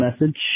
message